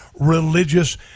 religious